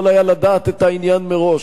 יכול היה לדעת את העניין מראש.